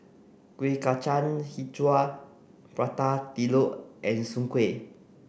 Kueh Kacang Hijau Prata Telur and Soon Kueh